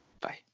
Bye